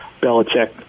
Belichick